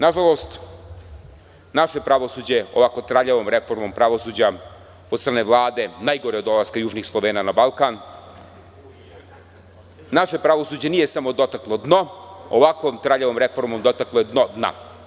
Nažalost, naše pravosuđe ovako traljavom reformom pravosuđa od strane Vlade, najgore od dolaska južnih Slovena na Balkan, naše pravosuđe nije samo dotaklo dno, ovakvom traljavom reformom dotaklo je dno dna.